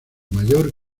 mayor